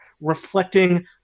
reflecting